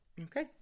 Okay